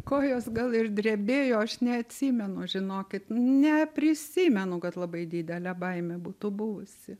kojos gal ir drebėjo aš neatsimenu žinokit neprisimenu kad labai didelė baimė būtų buvusi